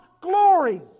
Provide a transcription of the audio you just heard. glory